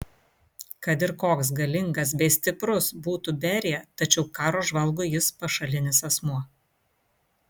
kad ir koks galingas bei stiprus būtų berija tačiau karo žvalgui jis pašalinis asmuo